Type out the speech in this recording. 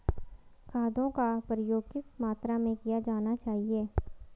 खादों का प्रयोग किस मात्रा में किया जाना चाहिए?